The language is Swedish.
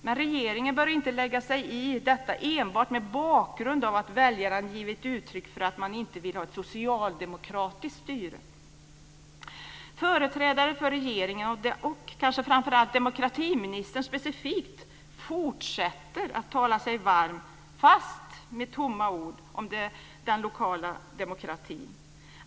Men regeringen bör inte lägga sig i detta enbart mot bakgrund av att väljaren har givit uttryck för att man inte vill ha ett socialdemokratiskt styre. Företrädare för regeringen, och demokratiministern specifikt, fortsätter att tala sig varma, fast med tomma ord, om den lokala demokratin.